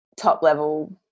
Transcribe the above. top-level